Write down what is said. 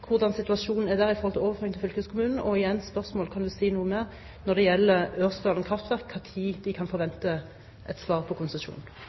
hvordan situasjonen er i forhold til overføring til fylkeskommunen? Og, igjen vil jeg spørre om statsråden kan si noe mer når det gjelder Ørsdalen kraftverk, og når de kan forvente et svar på